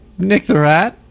NickTheRat